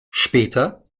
später